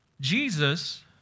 Jesus